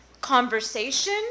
conversation